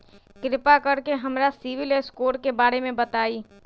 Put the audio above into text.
कृपा कर के हमरा सिबिल स्कोर के बारे में बताई?